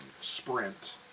sprint